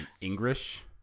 English